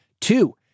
Two